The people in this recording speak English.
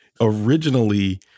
Originally